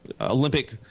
Olympic